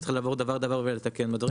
וצריך לעבור דבר-דבר ולתקן אותו.